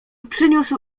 przyniósł